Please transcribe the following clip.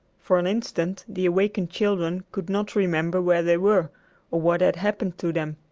for an instant the awakened children could not remember where they were or what had happened to them.